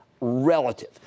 Relative